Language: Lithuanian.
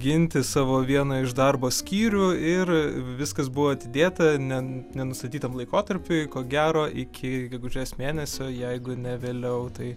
ginti savo vieną iš darbo skyrių ir viskas buvo atidėta ne nenustatytam laikotarpiui ko gero iki gegužės mėnesio jeigu ne vėliau tai